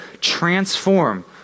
transform